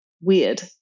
weird